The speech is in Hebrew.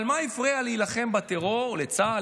אבל מה הפריע להילחם בטרור לצה"ל,